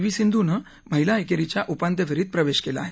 V सिंधूनं महिला एकेरीच्या उपान्त्य फेरीत प्रवेश केला आहे